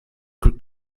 glück